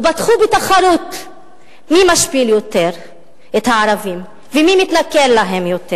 ופתחו בתחרות מי משפיל יותר את הערבים ומי מתנכל להם יותר.